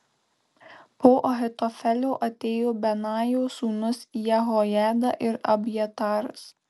po ahitofelio atėjo benajo sūnus jehojada ir abjataras